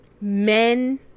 men